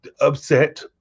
upset